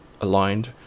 aligned